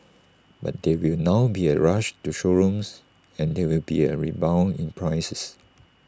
but there will now be A rush to showrooms and there will be A rebound in prices